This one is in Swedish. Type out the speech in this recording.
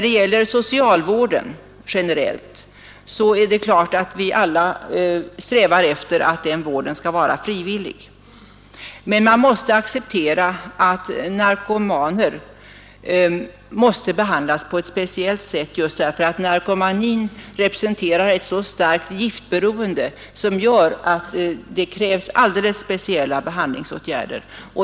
Det är klart att vi alla strävar efter att socialvården generellt sett skall vara frivillig, men vi måste acceptera att narkomaner måste behandlas på ett speciellt sätt just därför att narkomanin representerar ett så starkt giftberoende att det krävs alldeles särskilda behandlingsåtgärder.